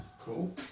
Cool